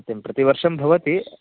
सत्यं प्रतिवर्षं भवति